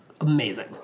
amazing